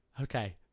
Okay